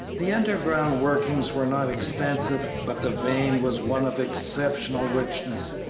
the underground workings were not extensive, but the vein was one of exceptional richness.